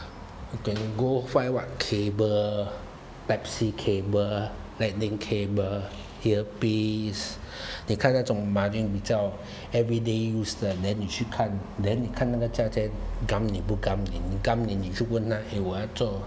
you can go find what cable pepsi cable lightning cable earpiece 你看那种 margin 比较 everyday use 的 then 你去看 then 你去看那个价钱刚你不刚你你刚你你就去问他诶我要做